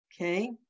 okay